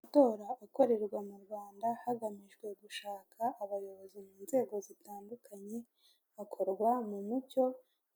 Amatora akorerwa mu Rwanda hagamijwe gushaka abayobozi mu nzego zitandukanye akorwa mu mucyo,